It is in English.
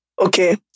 Okay